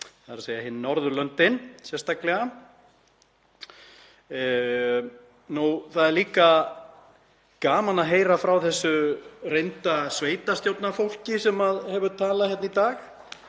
við, þ.e. hin Norðurlöndin sérstaklega. Það er líka gaman að heyra frá þessu reynda sveitarstjórnarfólki sem hefur talað hér í dag